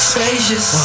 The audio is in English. Spacious